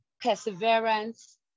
perseverance